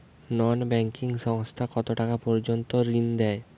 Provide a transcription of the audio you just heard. নন banking সংস্থা কতটাকা পর্যন্ত ঋণ দেয়?